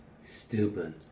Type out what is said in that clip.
Stupid